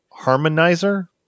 harmonizer